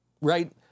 right